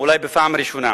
אולי בפעם הראשונה.